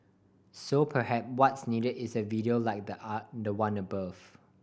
so perhaps what's needed is a video like the ah the one above